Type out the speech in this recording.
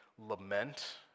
lament